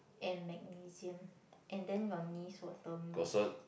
and magnesium and then your knees will turn weak